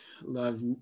Love